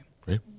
Great